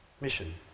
mission